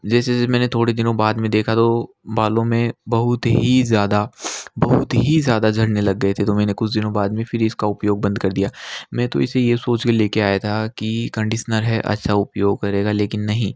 जैसे मैंने थोड़े दिनों बाद में देखा तो बालों में बहुत ही ज़्यादा बहुत ही ज़्यादा झड़ने लग गए थे तो मैंने कुछ दिनों बाद में फीर इसका उपयोग बंद कर दिया मैं तो इसे यह सोच कर ले कर आया था कि कंडीसनर है अच्छा उपयोग करेगा लेकिन नहीं